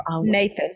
Nathan